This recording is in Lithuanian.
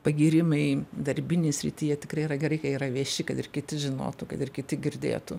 pagyrimai darbinėj srityje tikrai yra gerai kai yra vieši kad ir kiti žinotų kad ir kiti girdėtų